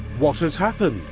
what has happened?